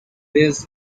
bass